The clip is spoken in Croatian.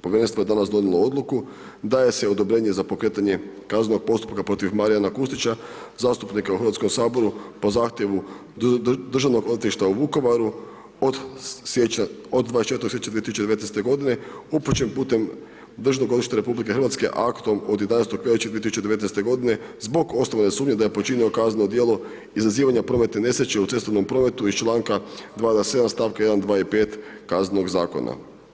povjerenstvo je danas donijelo odluku daje se odobrenje za pokretanje kaznenog postupka protiv Marijana Kustića zastupnika u Hrvatskom saboru po zahtjevu Državnog odjetništva u Vukovaru od 24. siječnja 2019. godine upućen putem Državnog odvjetništva RH aktom od 11. veljače 2019. godine zbog osnovane sumnje da je počinio kazneno djelo izazivanja prometne nesreće u cestovnom prometu iz članka 227. stavka 1., 2. i 5. Kaznenog zakona.